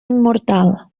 immortal